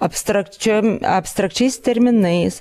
abstrakčia abstrakčiais terminais